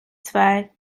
zwei